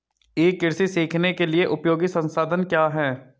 ई कृषि सीखने के लिए उपयोगी संसाधन क्या हैं?